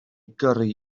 gyrru